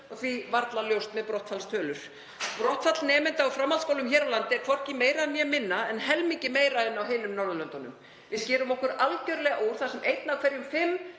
og því varla ljóst með brottfallstölur. Brottfall nemenda úr framhaldsskólum hér á landi er hvorki meira né minna en helmingi meira en á hinum Norðurlöndunum. Við skerum okkur algerlega úr þar sem einn af hverjum fimm